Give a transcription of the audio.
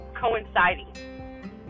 coinciding